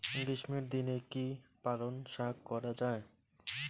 গ্রীষ্মের দিনে কি পালন শাখ করা য়ায়?